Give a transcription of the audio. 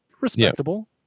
Respectable